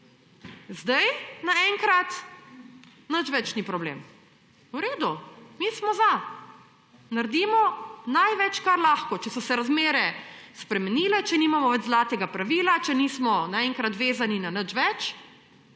Zdaj, naenkrat nič več ni problem. V redu, mi smo za. Naredimo največ, kar lahko. Če so se razmere spremenile, če nimamo več zlatega pravila, če nismo naenkrat vezani na nič več,